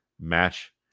match